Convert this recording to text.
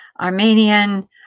Armenian